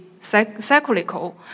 cyclical